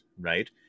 right